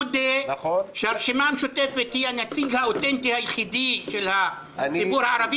מודה שהרשימה המשותפת היא הנציג האותנטי היחיד של הציבור הערבי.